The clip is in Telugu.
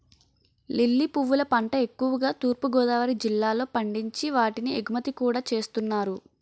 లిల్లీ పువ్వుల పంట ఎక్కువుగా తూర్పు గోదావరి జిల్లాలో పండించి వాటిని ఎగుమతి కూడా చేస్తున్నారు